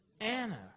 Anna